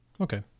Okay